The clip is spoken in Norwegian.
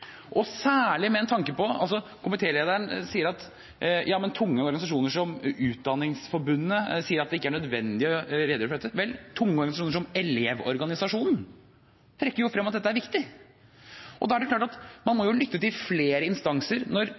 merkelig, særlig med tanke på at komitélederen sier at ja, men tunge organisasjoner som Utdanningsforbundet sier at det ikke er nødvendig å redegjøre for dette. Vel, tunge organisasjoner som Elevorganisasjonen trekker frem at dette er viktig. Da er det klart at man må lytte til flere instanser. Når